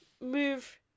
move